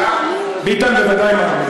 ביטן בוודאי מאמין.